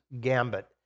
gambit